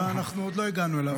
אנחנו עוד לא הגענו אליו.